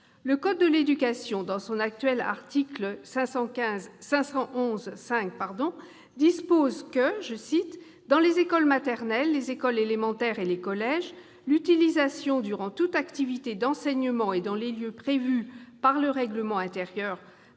Le code de l'éducation, dans son actuel article L. 511-5, dispose que, « dans les écoles maternelles, les écoles élémentaires et les collèges, l'utilisation durant toute activité d'enseignement et dans les lieux prévus par le règlement intérieur,